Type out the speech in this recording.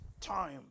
time